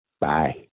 Bye